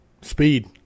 speed